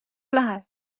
life